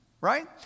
right